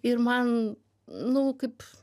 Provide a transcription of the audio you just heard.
ir man nu kaip